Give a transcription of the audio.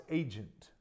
agent